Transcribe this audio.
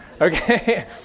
Okay